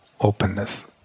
openness